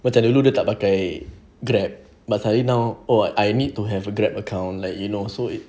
macam dulu dia tak pakai grab but sekali now oh I need to have a grab account like you know so it